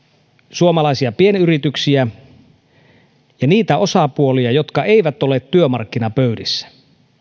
suomalaisia pienyrityksiä ja niitä osapuolia jotka eivät ole työmarkkinapöydissä